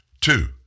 two